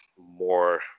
more